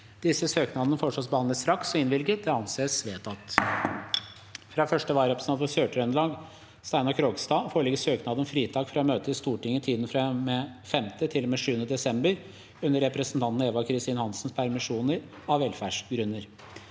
Disse søknader foreslås behandlet straks og innvilget. – Det anses vedtatt. Fra første vararepresentant for Sør-Trøndelag, Steinar Krogstad, foreligger søknad om fritak fra å møte i Stortinget i tiden fra og med 5. til og med 7. desember under representanten Eva Kristin Hansens permisjon, av velferdsgrunner.